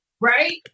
right